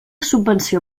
subvenció